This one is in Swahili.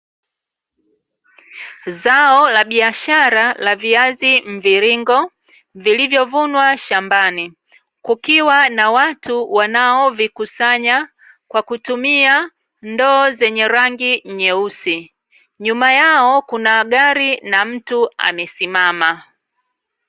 Zao la biashara la viazi mviringo, vilivyovunwa shambani, kukiwa na watu wanao vikusanya kwa kutumia ndoo zenye rangi nyeusi. Nyuma yao kuna gari na mtu amesimama.